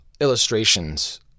illustrations